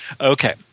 Okay